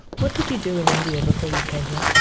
what did you do in india before you came here?